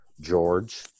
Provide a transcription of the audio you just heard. George